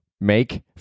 make